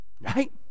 Right